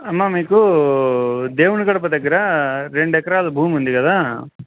అమ్మా మీకు దేవుని గడపు దగ్గర రెండుెకరాాల భూమి ఉంది కదా